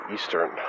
Eastern